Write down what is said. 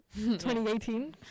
2018